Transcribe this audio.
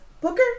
Booker